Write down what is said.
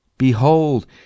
behold